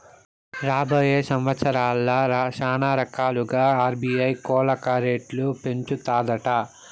రాబోయే సంవత్సరాల్ల శానారకాలుగా ఆర్బీఐ కోలక రేట్లు పెంచతాదట